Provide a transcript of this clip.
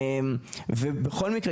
בכל מקרה,